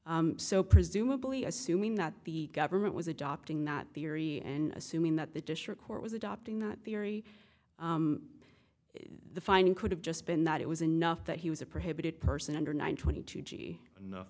had so presumably assuming that the government was adopting not theory and assuming that the district court was adopting that theory the finding could have just been that it was enough that he was a prohibited person under nine twenty two g